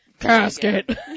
Casket